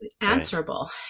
answerable